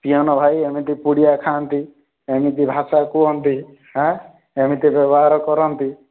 peon ଭାଇ ଏମିତି ପୁଡ଼ିଆ ଖାଆନ୍ତି ଏମିତି ଭାଷା କୁହନ୍ତି ହାଁ ଏମିତି ବ୍ୟବହାର କରନ୍ତି